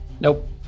Nope